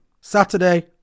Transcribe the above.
Saturday